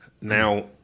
Now